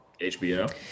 HBO